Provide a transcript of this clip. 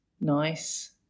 nice